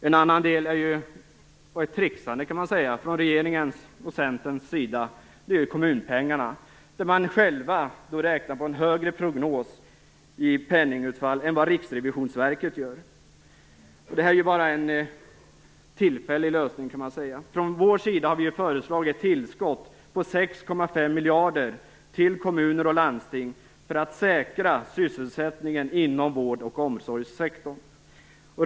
Ett annat exempel på något man kan kalla tricksande från regeringens och Centerns sida är kommunpengarna, där man räknar på en högre prognos i penningutfall än vad Riksrevisionsverket gör. Det här kan man säga är en tillfällig lösning. Från vår sida har vi föreslagit ett tillskott på 6,5 miljarder till kommuner och landsting för att säkra sysselsättningen inom vårdoch omsorgssektorn.